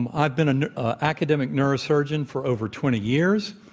um i've been an academic neurosurgeon for over twenty years,